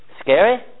scary